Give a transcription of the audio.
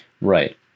Right